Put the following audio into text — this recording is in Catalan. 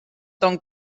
ton